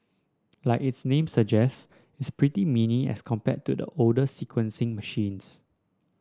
like its name suggest it's pretty mini as compared to the older sequencing machines